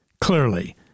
clearly